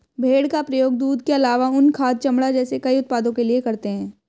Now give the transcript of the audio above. भेड़ का प्रयोग दूध के आलावा ऊन, खाद, चमड़ा जैसे कई उत्पादों के लिए करते है